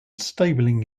stabling